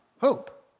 hope